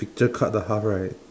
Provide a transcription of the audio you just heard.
picture cut the half right